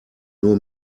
nur